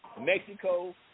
Mexico